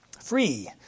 free